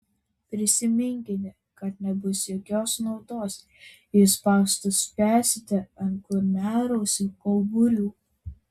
prisiminkite kad nebus jokios naudos jei spąstus spęsite ant kurmiarausių kauburių